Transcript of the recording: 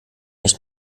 nicht